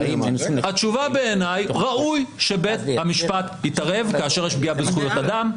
התשובה בעיניי: ראוי שבית המשפט יתערב כאשר יש פגיעה בזכויות אדם.